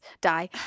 die